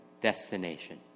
destination